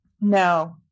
No